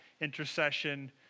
intercession